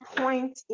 point